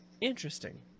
Interesting